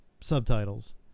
subtitles